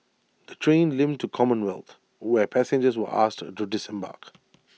the train limped to commonwealth where passengers were asked to disembark